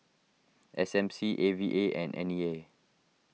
S M C A V A and N E A